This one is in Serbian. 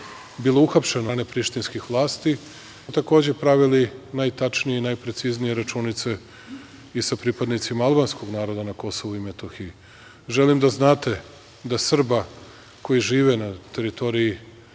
bilo uhapšeno od strane prištinskih vlasti, gde smo takođe pravili najtačnije i najpreciznije računice i sa pripadnicima albanskog naroda na Kosovu i Metohiji. Želim da znate da Srba koji žive na teritoriji